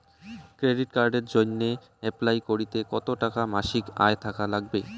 Credit কার্ডের জইন্যে apply করিতে কতো টাকা মাসিক আয় থাকা নাগবে?